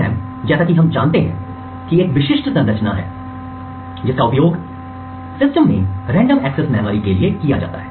DRAM जैसा कि हम जानते हैं कि एक विशिष्ट संरचना है जिसका उपयोग सिस्टम में रैंडम एक्सेस मेमोरी के लिए किया जाता है